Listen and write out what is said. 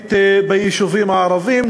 התכנונית ביישובים הערביים,